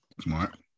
Smart